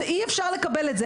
אי-אפשר לקבל את זה.